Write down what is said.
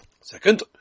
Second